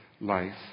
life